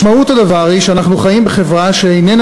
משמעות הדבר היא שאנחנו חיים בחברה שאיננה